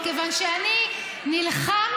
מכיוון שאני נלחמתי,